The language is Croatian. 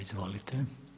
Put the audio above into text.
Izvolite.